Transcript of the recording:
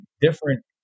different